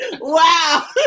wow